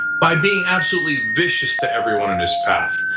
by being absolutely vicious to everyone in his path.